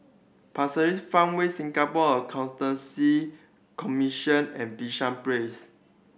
Pasir Ris Farmway Singapore Accountancy Commission and Bishan Place